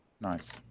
Nice